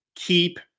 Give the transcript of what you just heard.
Keep